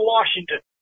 Washington